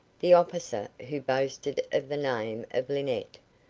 the officer, who boasted of the name of linnett,